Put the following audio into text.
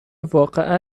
واقعا